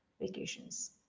vacations